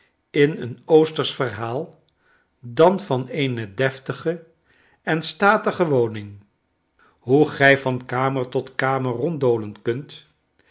in een oostersch verhaal dan van eene deftige en statige woning hoe gij vari kamer tot kamer ronddolen kunt